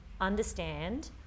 understand